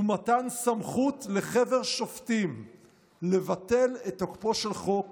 ומתן סמכות לחבר שופטים לבטל את תוקפו של חוק